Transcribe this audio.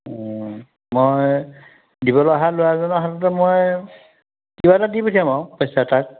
মই দিবলৈ অহা ল'ৰাজনৰ হাততে মই কিবা এটা দি পঠিয়াম আৰু পইচা তাক